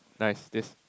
nice this